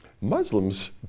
Muslims